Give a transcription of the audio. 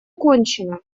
кончено